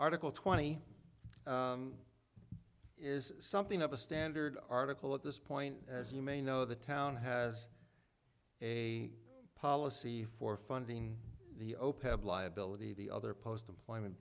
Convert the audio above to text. article twenty is something of a standard article at this point as you may know the town has a policy for funding the opeth liability the other post employment